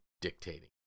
dictating